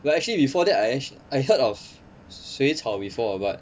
well actually before that I actually I heard of 水草 before but